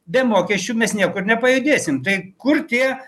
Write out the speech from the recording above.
be mokesčių mes niekur nepajudėsim tai kur tie